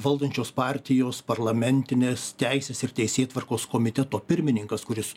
valdančios partijos parlamentinės teisės ir teisėtvarkos komiteto pirmininkas kuris